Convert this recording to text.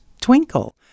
twinkle